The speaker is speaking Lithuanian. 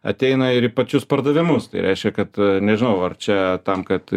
ateina ir į pačius pardavimus tai reiškia kad nežinau ar čia tam kad